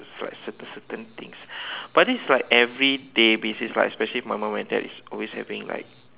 like certain certain things but this is like everyday basis like especially my mom and dad is always having like